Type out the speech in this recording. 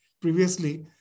Previously